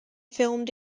filmed